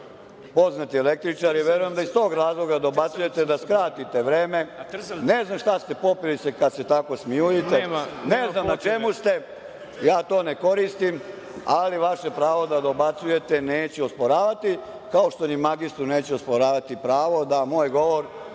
poznati električar. Verujem da iz tog razloga dobacujete, da skratite vreme. Ne znam šta ste popili kada se tako smejuljite, ne znam na čemu ste. Ja to ne koristim, ali vaše pravo da dobacujete neću osporavati, kao što ni magistru neću osporavati pravo da moj govor